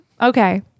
okay